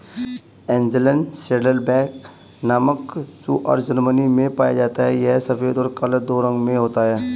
Angeln saddleback नामक सूअर Germany में पाया जाता है यह सफेद और काला दो रंगों में होता है